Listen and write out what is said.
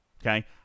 Okay